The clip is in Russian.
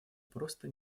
просто